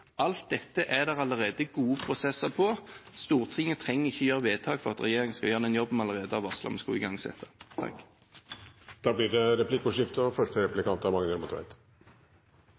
Alt dette er det allerede gode prosesser på, Stortinget trenger ikke å gjøre vedtak for at regjeringen skal gjøre den jobben vi allerede har varslet at vi skal igangsette. Det blir replikkordskifte.